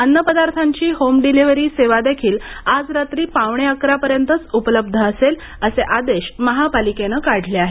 अन्न पदार्थांची home delivery सेवादेखील आज रात्री पावणे अकरापर्यंतच उपलब्ध असेल असे आदेश महापालिकेने काढले आहेत